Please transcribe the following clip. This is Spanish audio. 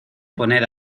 poner